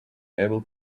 able